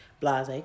Blase